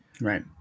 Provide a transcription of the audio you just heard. Right